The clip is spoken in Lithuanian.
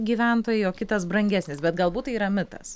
gyventojai o kitas brangesnis bet galbūt tai yra mitas